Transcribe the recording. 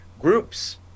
groups